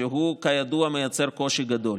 שהוא כידוע מייצר קושי גדול.